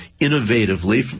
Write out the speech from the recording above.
innovatively